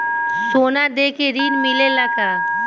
सोना देके ऋण मिलेला का?